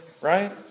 right